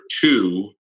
two